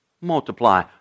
multiply